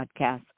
podcast